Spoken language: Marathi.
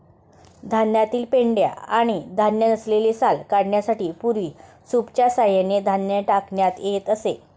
धान्यातील पेंढा आणि धान्य नसलेली साल काढण्यासाठी पूर्वी सूपच्या सहाय्याने धान्य टाकण्यात येत असे